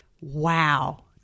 Wow